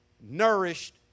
nourished